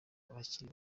abakiri